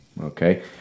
Okay